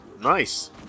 Nice